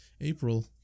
April